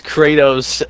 Kratos